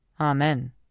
Amen